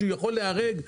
שהוא יכול להיהרג,